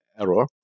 error